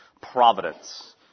providence